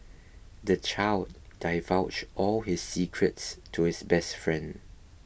the child divulged all his secrets to his best friend